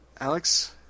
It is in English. Alex